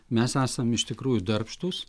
mes esam iš tikrųjų darbštūs